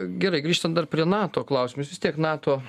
gerai grįžtant dar prie nato klausimo jūs vis tiek nato